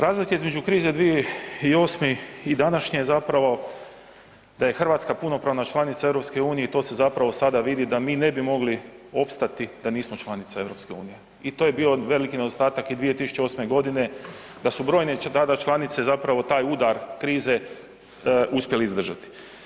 Razlika između krize 2008. i današnje je zapravo da je Hrvatska punopravna članica EU i to se zapravo sada vidi da mi ne bi mogli opstati da nismo članica EU i to je bio veliki nedostatak i 2008.g. da su brojne tada članice zapravo taj udar krize uspjeli izdržati.